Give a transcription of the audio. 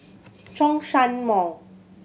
Zhongshan Mall